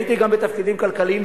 גם הייתי בתפקידים כלכליים,